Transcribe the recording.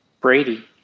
Brady